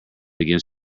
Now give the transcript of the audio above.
against